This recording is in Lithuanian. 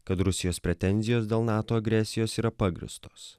kad rusijos pretenzijos dėl nato agresijos yra pagrįstos